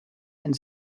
and